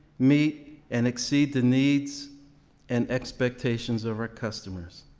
meet and exceed the needs and expectations of our customers.